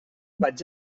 vaig